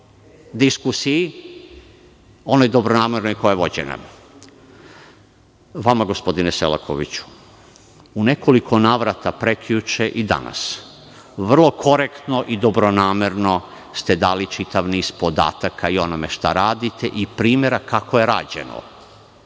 diskusiji, onoj dobronamernoj koja je vođena. Vama se obraćam, gospodine Selakoviću. U nekoliko navrata prekjuče i danas, vrlo korektno i dobronamerno ste dali čitav niz podataka i o onome šta radite i primera kako je rađeno,